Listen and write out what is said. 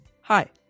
Hi